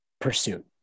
pursuit